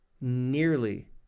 nearly